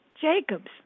Jacobs